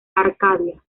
arcadia